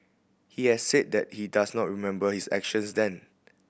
he had said that he does not remember his actions then